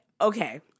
Okay